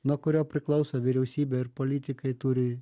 nuo kurio priklauso vyriausybė ir politikai turi